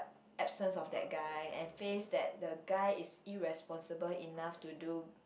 absence of that guy and face that the guy is irresponsible enough to do